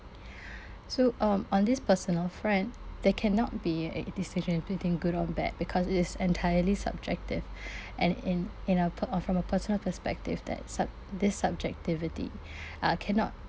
so um on this personal there cannot be a decision between good or bad because it is entirely subjective and in in a per~ from a personal perspective that sub~ this subjectivity cannot